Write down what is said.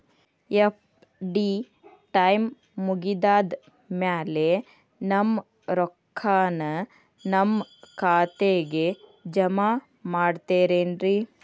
FD time ಮುಗಿದಾದ್ ಮ್ಯಾಲೆ ನಮ್ ರೊಕ್ಕಾನ ನಮ್ ಖಾತೆಗೆ ಜಮಾ ಮಾಡ್ತೇರೆನ್ರಿ?